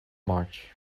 march